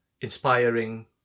inspiring